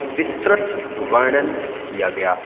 विस्तृत वर्णन किया गया